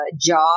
job